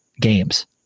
games